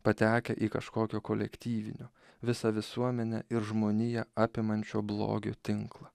patekę į kažkokio kolektyvinio visą visuomenę ir žmoniją apimančio blogio tinklą